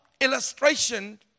illustration